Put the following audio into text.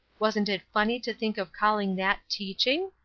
wasn't it funny to think of calling that teaching?